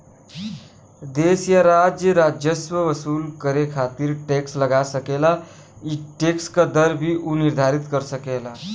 देश या राज्य राजस्व वसूल करे खातिर टैक्स लगा सकेला ई टैक्स क दर भी उ निर्धारित कर सकेला